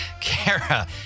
Kara